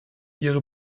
ihre